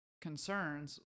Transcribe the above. concerns